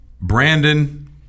Brandon